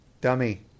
dummy